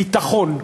ביטחון.